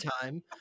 time